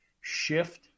shift